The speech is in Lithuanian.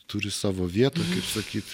turi savo vietą kaip sakyt